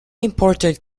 important